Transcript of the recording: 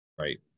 right